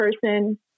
person